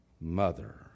mother